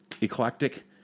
eclectic